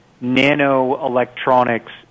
nano-electronics